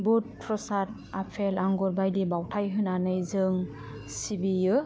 बुद प्रसाद आपेल आंगुर बायदि बावथाइ होनानै जों सिबियो